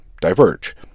diverge